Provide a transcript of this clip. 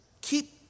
keep